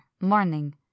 morning